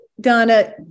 Donna